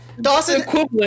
Dawson